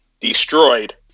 destroyed